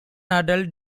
adult